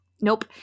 nope